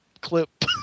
clip